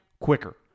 quicker